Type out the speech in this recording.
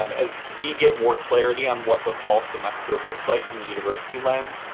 um as we get more clarity on what the fall semester looks like from the university lens,